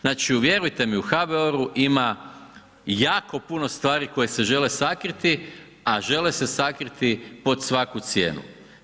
Znači, vjerujte mi u HBOR ima jako puno stvari koje se žele sakriti, a žele se sakriti pod svaku cijenu.